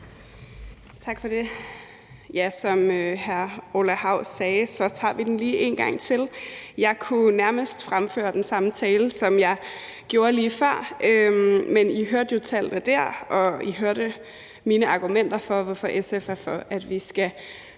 Tak for det. Som hr. Orla Hav sagde, tager vi den lige en gang til. Jeg kunne nærmest fremføre den samme tale, som jeg gjorde lige før, men I hørte jo tallene dér, og I hørte mine argumenter for, hvorfor SF er for, at vi skal